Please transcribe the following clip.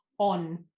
on